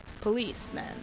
policemen